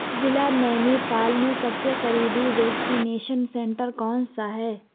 ضلع نینیتال میں سب سے قریبی ویکسینیشن سنٹر کون سا ہے